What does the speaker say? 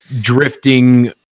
drifting